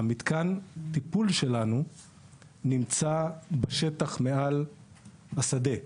מתקן הטיפול שלנו נמצא בשטח מעל השדה.